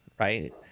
right